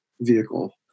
Vehicle